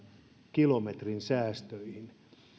kilometrin säästöihin